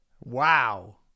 Wow